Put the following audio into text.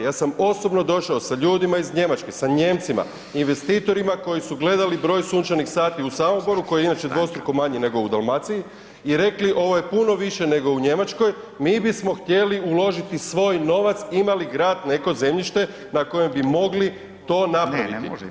Ja sam osobno došao sa ljudima iz Njemačke, sa Nijemcima, investitorima koji su gledali broj sunčanih sati u Samoboru koji je inače dvostruko manje nego u Dalmaciji i rekli ovo je puno više nego u Njemačkoj, mi bismo htjeli uložiti svoj novac, ima li grad neko zemljište na kojem bi mogli to napraviti.